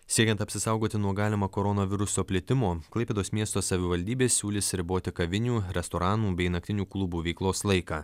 siekiant apsisaugoti nuo galimo koronaviruso plitimo klaipėdos miesto savivaldybė siūlys riboti kavinių restoranų bei naktinių klubų veiklos laiką